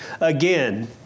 again